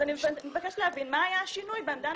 אני מבקשת להבין מה היה השינוי בעמדה המקצועית.